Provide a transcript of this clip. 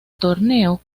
torneo